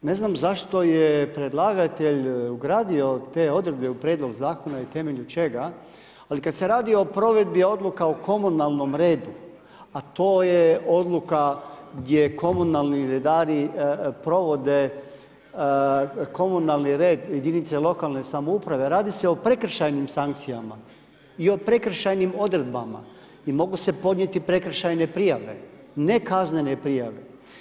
Ne znam zašto je predlagatelj ugradio te odredbe u prijedlog zakona i temelju čega, ali kada se radi o provedbi o komunalnom redu, a to je odluka gdje komunalni redari provode komunalni red jedinice lokalne samouprave, radi se o prekršajnim sankcijama i o prekršajnim odredbama i mogu se podnijeti prekršajne prijave, ne kaznene prijave.